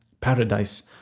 Paradise